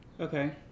Okay